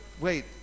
Wait